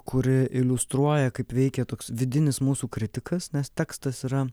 kuri iliustruoja kaip veikia toks vidinis mūsų kritikas nes tekstas yra